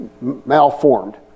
malformed